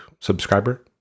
subscriber